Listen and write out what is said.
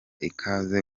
ikaze